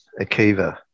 Akiva